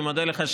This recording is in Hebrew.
אני מודה לך,